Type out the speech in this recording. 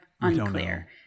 Unclear